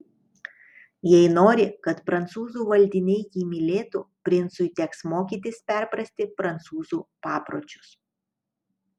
jei nori kad prancūzų valdiniai jį mylėtų princui teks mokytis perprasti prancūzų papročius